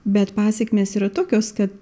bet pasekmės yra tokios kad